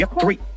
three